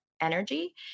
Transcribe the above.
energy